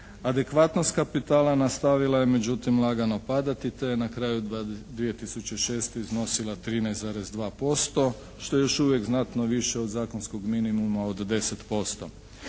Adekvatnost kapitala nastavila je međutim lagano padati te je na kraju 2006. iznosila 13,2% što je još uvijek znatno više od zakonskog minimuma od 10%.